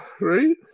Right